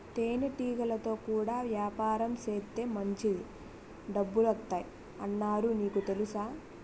తేనెటీగలతో కూడా యాపారం సేత్తే మాంచి డబ్బులొత్తాయ్ అన్నారు నీకు తెలుసా?